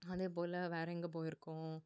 அதே போல் வேற எங்கே போயிருக்கோம்